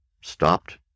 stopped